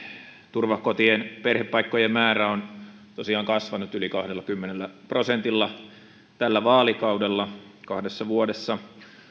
turvakotien perhepaikkojen määrä on tosiaan kasvanut yli kahdellakymmenellä prosentilla tällä vaalikaudella kahdessa vuodessa